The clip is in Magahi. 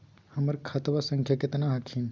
हमर खतवा संख्या केतना हखिन?